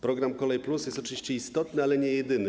Program ˝Kolej+˝ jest oczywiście istotny, ale nie jedyny.